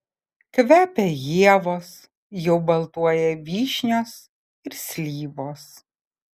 kvepia ievos jau baltuoja vyšnios ir slyvos